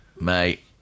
Mate